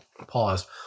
Pause